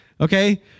Okay